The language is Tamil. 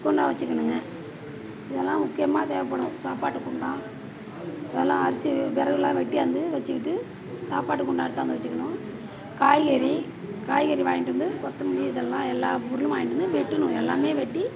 குண்டான் வச்சிக்கணுங்க இதெல்லாம் முக்கியமாக தேவைப்படும் சாப்பாட்டு குண்டான் அதெல்லாம் அரிசி வெறகுலாம் வெட்டியாந்து வச்சுக்கிட்டு சாப்பாட்டு குண்டான் எடுத்தாந்து வச்சிக்கணும் காய்கறி காய்கறி வாங்கிட்டு வந்து கொத்தமல்லி இதெல்லாம் எல்லாம் பொருளும் வாங்கிட்டு வந்து வெட்டணும் எல்லாம் வெட்டி